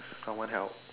someone help